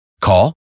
Call